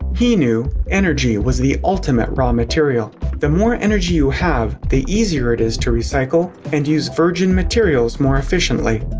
he knew energy was the ultimate raw material the more energy you have, the easier it is to recycle, and use virgin materials more efficiently.